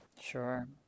Sure